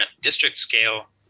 district-scale